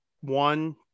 one